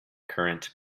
current